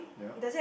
yup